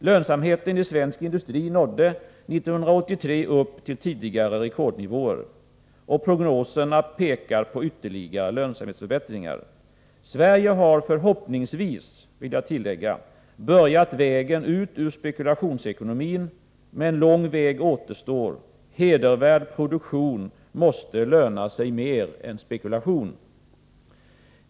Lönsamheten i svensk industri nådde 1983 upp till tidigare rekordnivåer. Prognoserna pekar på ytterligare lönsamhetsförbättringar. Sverige har — förhoppningsvis, vill jag tillägga — börjat vägen ut ur spekulationsekonomin. Men lång väg återstår. Hedervärd produktion måste löna sig mer än spekulation.